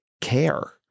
care